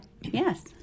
Yes